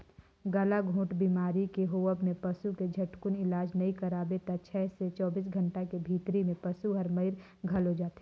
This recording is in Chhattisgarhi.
गलाघोंट बेमारी के होवब म पसू के झटकुन इलाज नई कराबे त छै से चौबीस घंटा के भीतरी में पसु हर मइर घलो जाथे